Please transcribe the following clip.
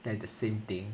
then the same thing